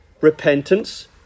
Repentance